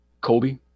Kobe